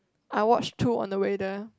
I watch two on the way there